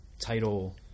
title